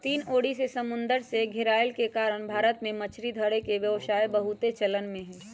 तीन ओरी से समुन्दर से घेरायल के कारण भारत में मछरी धरे के व्यवसाय बहुते चलन में हइ